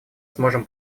сможем